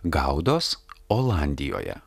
gaudos olandijoje